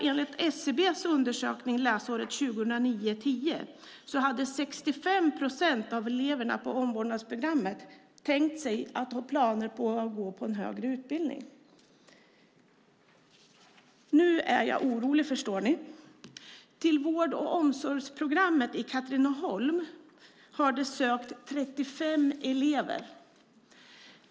Enligt SCB:s undersökning för läsåret 2009/10 hade 65 procent av eleverna på omvårdnadsprogrammet planer på att gå vidare till högre utbildning. Nu är jag orolig, förstår ni. Till vård och omsorgsprogrammet i Katrineholm har 35 elever sökt.